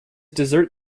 dessert